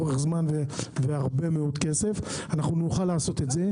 שאורך זמן והרבה מאוד כסף אנחנו נוכל לעשות זה.